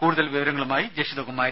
കൂടുതൽ വിവരങ്ങളുമായി ജഷിതകുമാരി